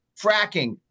fracking